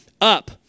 up